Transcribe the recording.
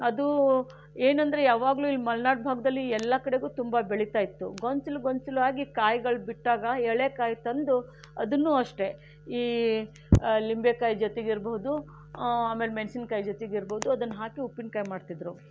ಅದು ಏನೆಂದರೆ ಯಾವಾಗಲೂ ಈ ಮಲೆನಾಡು ಭಾಗದಲ್ಲಿ ಎಲ್ಲ ಕಡೆಗೂ ತುಂಬ ಬೆಳೀತಾ ಇತ್ತು ಗೊಂಚಲು ಗೊಂಚಲು ಆಗಿ ಕಾಯಿಗಳು ಬಿಟ್ಟಾಗ ಎಳೆ ಕಾಯಿ ತಂದು ಅದನ್ನು ಅಷ್ಟೇ ಈ ಲಿಂಬೆಕಾಯಿ ಜೊತೆಗಿರ್ಬೋದು ಆಮೇಲೆ ಮೆಣಸಿನಕಾಯಿ ಜೊತೆಗಿರ್ಬೋದು ಅದನ್ನು ಹಾಕಿ ಉಪ್ಪಿನಕಾಯಿ ಮಾಡ್ತಿದ್ರು